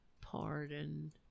Pardon